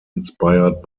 inspired